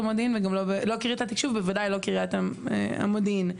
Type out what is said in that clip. התקשוב ובוודאי לא באכלוס קריית המודיעין.